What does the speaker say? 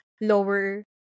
lower